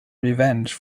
revenge